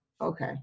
okay